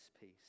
peace